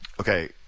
Okay